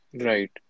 Right